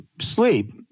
sleep